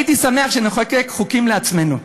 הייתי שמח שנחוקק חוקים לעצמנו.